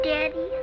Daddy